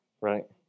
right